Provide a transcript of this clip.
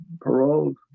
paroled